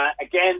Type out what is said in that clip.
again